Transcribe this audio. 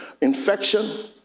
infection